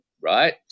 right